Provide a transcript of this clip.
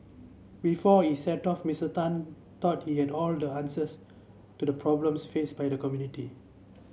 before he set off Mister Tan thought he had all the answers to the problems faced by the community